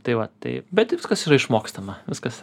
tai va tai bet viskas yra išmokstama viskas